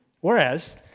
Whereas